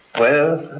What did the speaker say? well,